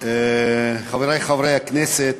חברי חברי הכנסת,